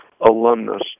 alumnus